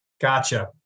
Gotcha